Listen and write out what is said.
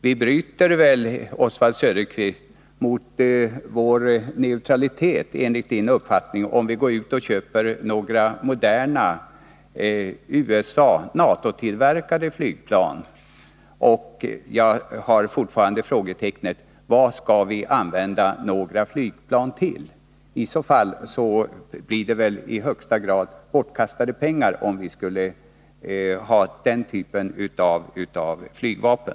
Vi bryter väl enligt Oswald Söderqvists uppfattning mot vår neutralitet, om vi går ut och köper några moderna USA eller NATO-tillverkade flygplan. Frågetecknet kvarstår fortfarande. Vad skall vi använda ”några flygplan” till? Det skulle väl i högsta grad bli bortkastade pengar, om vi skulle ha den typen av flygvapen.